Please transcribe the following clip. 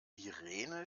irene